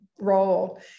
role